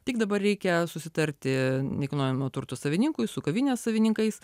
tik dabar reikia susitarti nekilnojamo turto savininkui su kavinės savininkais